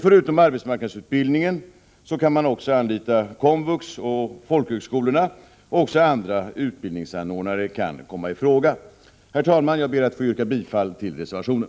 Förutom arbetsmarknadsutbildningen kan man också anlita komvux och folkhögskolorna. Även andra utbildningsanordnare kan komma i fråga. Herr talman! Jag ber att få yrka bifall till reservationen.